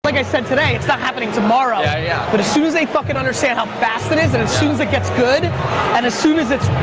like i said today, it's not happening tomorrow. yeah, yeah. but as soon as they fucking understand how fast it is and as soon as it gets good and as soon as it's.